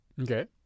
Okay